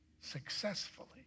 successfully